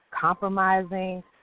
compromising